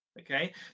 okay